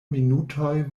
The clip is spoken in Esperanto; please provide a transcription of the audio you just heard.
minutoj